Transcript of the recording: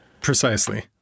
Precisely